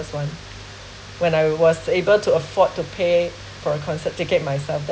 one when I was able to afford to pay for a concert ticket myself